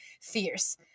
fierce